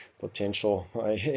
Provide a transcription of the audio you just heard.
potential